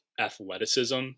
athleticism